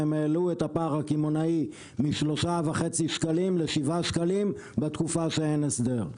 הם העלו את הפער הקמעונאי מ3.5 שקלים ל-7 שקלים בתקופה שאין הסדר.